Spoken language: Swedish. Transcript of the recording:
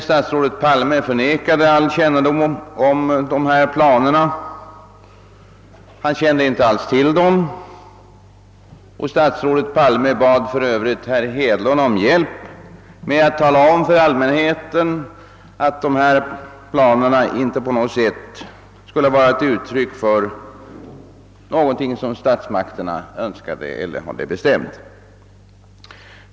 Statsrådet Palme förnekade emellertid all kännedom om dessa planer — han kände inte alls till dem — och han bad för övrigt herr Hedlund om hjälp med att tala om för allmänheten att dessa planer inte på något sätt skulle vara ett uttryck för någonting som statsmakterna önskade eller hade bestämt.